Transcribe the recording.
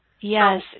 Yes